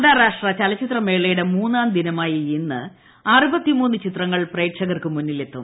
അന്താരാഷ്ട്ര ചലച്ചിത്ര മേള്യുടെ മൂന്നാം ദിനമായ ഇന്ന് ഒട ന് ചിത്രങ്ങൾ പ്രേക്ഷകർക്ക് മു്ന്നിലെത്തും